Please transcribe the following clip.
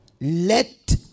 let